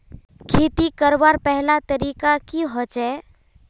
खेती करवार पहला तरीका की होचए?